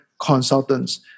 consultants